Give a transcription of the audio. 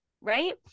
right